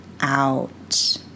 out